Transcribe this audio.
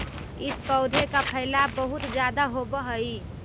इस पौधे का फैलाव बहुत ज्यादा होवअ हई